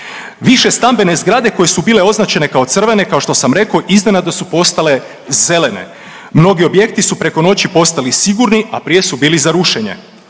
Višestambene zgrade koje su bile označene kao crvene kao što sam rekao iznenada su postale zelene. Mnogi objekti su preko noći postali sigurni, a prije su bili za rušenje.